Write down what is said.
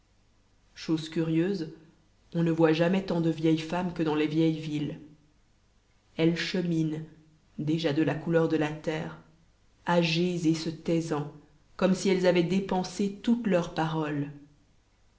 chose curieuse on ne voit jamais tant de vieilles femmes que dans les vieilles villes elles cheminent déjà de la couleur de la terre âgées et se taisant comme si elles avaient dépensé toutes leurs paroles